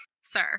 sir